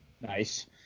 Nice